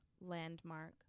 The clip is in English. landmark